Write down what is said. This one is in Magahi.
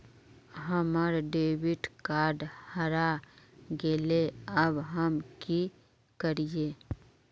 हमर डेबिट कार्ड हरा गेले अब हम की करिये?